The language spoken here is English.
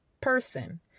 person